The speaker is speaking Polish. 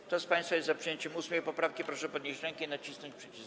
Kto z państwa jest za przyjęciem 8. poprawki, proszę podnieść rękę i nacisnąć przycisk.